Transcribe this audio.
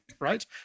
right